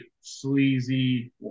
sleazy